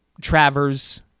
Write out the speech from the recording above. Travers